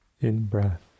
in-breath